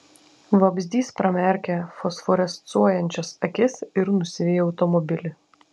vabzdys pramerkia fosforescuojančias akis ir nusiveja automobilį